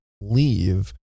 leave